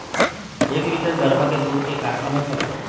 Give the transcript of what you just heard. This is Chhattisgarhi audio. एक लीटर गरवा के दूध के का कीमत हवए?